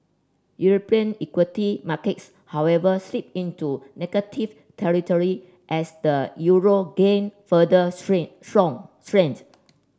European equity markets however slipped into negative territory as the euro gained further strength strong strength